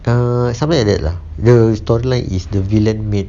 err something like that lah the storyline is the villain made